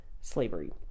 slavery